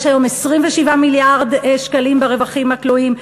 יש היום 27 מיליארד שקלים ברווחים הכלואים.